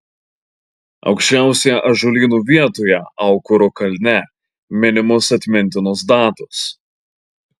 aukščiausioje ąžuolyno vietoje aukuro kalne minimos atmintinos datos